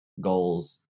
goals